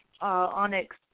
onyx